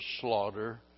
slaughter